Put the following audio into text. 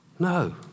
No